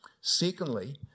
Secondly